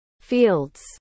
fields